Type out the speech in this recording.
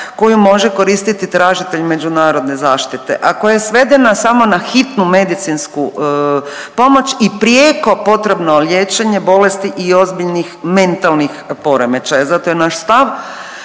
koju može koristiti tražitelj međunarodne zaštite, a koja je svedena samo na hitnu medicinsku pomoć i prijeko potrebno liječenje bolesti i ozbiljnih mentalnih poremećaja. Zato je naš stav